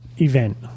event